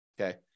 okay